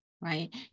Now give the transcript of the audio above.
right